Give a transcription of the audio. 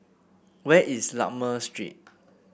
where is Lakme Street